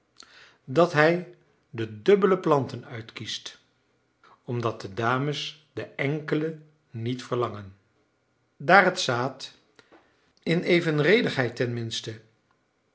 dat hij de dubbele planten uitkiest omdat de dames de enkelen niet verlangen daar het zaad in evenredigheid tenminste